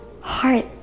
heart